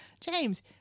James